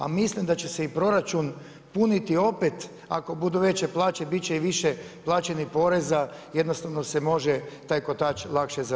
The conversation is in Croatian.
A mislim da će se i proračun puniti opet ako budu veće plaće bit će i više plaćenih poreza, jednostavno se može taj kotač lakše zavrtjeti.